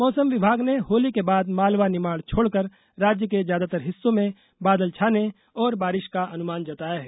मौसम विभाग ने होली के बाद मालवा निमाड़ छोड़कर राज्य के ज्यादातर हिस्सों में बादल छाने और बारिश का अनुमान जताया है